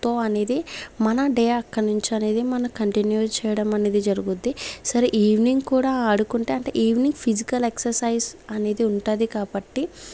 తో అనేది మన డే అక్కన్నుంచనేది మన కంటిన్యూ చేయడం అనేది జరుగుద్ది సరే ఈవినింగ్ కూడా ఆడుకుంటే అంటే ఈవినింగ్ ఫిజికల్ ఎక్సర్సైజ్ అనేది ఉంటుంది కాబట్టి